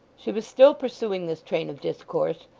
she was still pursuing this train of discourse,